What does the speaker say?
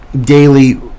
daily